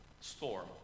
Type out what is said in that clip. storm